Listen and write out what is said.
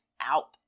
out